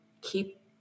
keep